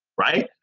right?